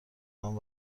نام